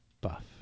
Buff